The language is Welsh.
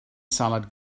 salad